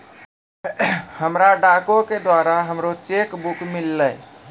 हमरा डाको के द्वारा हमरो चेक बुक मिललै